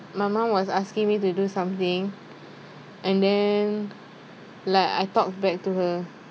my mum was asking me to do something and then like I talked back to her